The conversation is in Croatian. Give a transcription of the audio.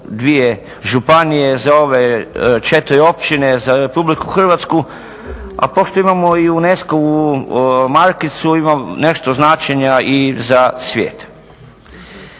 dvije županije, za ove četiri općine, za Republiku Hrvatsku a pošto imamo i UNESCO-vu markicu ima nešto značenja i za svijet.